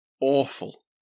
awful